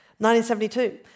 1972